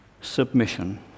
Submission